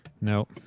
No